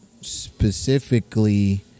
specifically